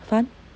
fun